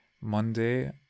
Monday